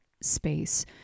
space